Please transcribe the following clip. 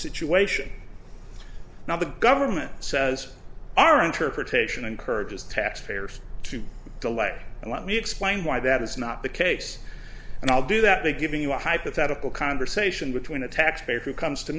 situation now the government says our interpretation encourages taxpayers to delay and let me explain why that is not the case and i'll do that big giving you a hypothetical conversation between a taxpayer who comes to